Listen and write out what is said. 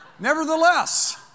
Nevertheless